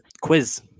quiz